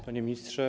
Panie Ministrze!